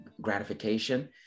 gratification